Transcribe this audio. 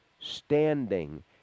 Standing